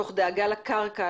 תוך דאגה לקרקע,